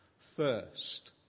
thirst